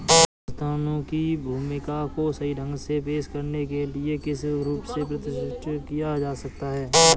संस्थानों की भूमिका को सही ढंग से पेश करने के लिए किस रूप से प्रतिष्ठित किया जा सकता है?